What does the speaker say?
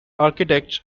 architects